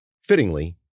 Fittingly